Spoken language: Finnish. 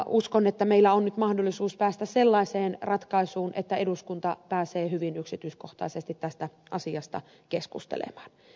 uskon että meillä on nyt mahdollisuus päästä sellaiseen ratkaisuun että eduskunta pääsee hyvin yksityiskohtaisesti tästä asiasta keskustelemaan